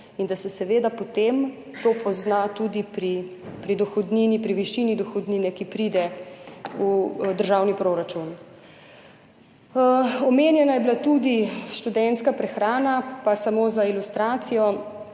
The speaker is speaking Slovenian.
in da se seveda potem to pozna tudi pri višini dohodnine, ki pride v državni proračun. Omenjena je bila tudi študentska prehrana, pa samo za ilustracijo.